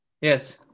Yes